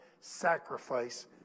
sacrifice